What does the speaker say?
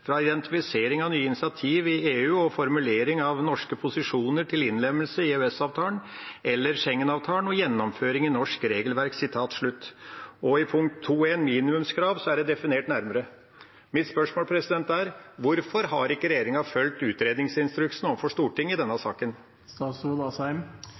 fra identifisering av nye initiativ i EU og formulering av norske posisjoner til innlemmelse i EØS-avtalen eller Schengen-avtalen og gjennomføring i norsk regelverk.» I punkt 2-1, minimumskrav, er det definert nærmere. Mitt spørsmål er: Hvorfor har ikke regjeringa fulgt utredningsinstruksen overfor Stortinget i denne